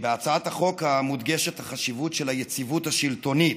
בהצעת החוק מודגשת החשיבות של היציבות השלטונית.